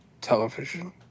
television